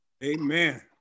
Amen